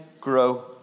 grow